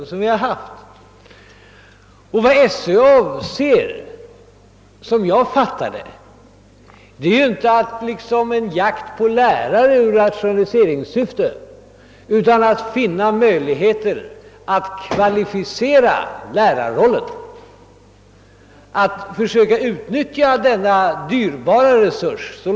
Så som jag har fattat saken är det inte skolöverstyrelsens avsikt att anställa någon jakt på lärare i rationaliseringssyfte utan i stället att finna möjligheter att öka lärarkårens kvalifikationer ytterligare för att därmed kunna utnyttja denna dyrbara resurs bättre.